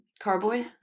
carboy